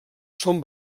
són